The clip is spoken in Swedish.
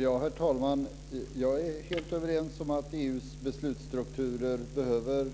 Herr talman! Jag är helt överens med Åsa Torstensson om att EU:s beslutsstrukturer behöver